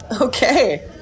Okay